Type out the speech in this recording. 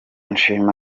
nshima